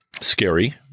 Scary